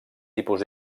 tipus